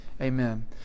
Amen